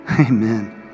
Amen